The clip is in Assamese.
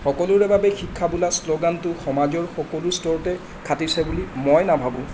সকলোৰে বাবে শিক্ষা বোলা শ্ল'গানটো সমাজৰ সকলো স্তৰতে খাটিছে বুলি মই নাভাবোঁ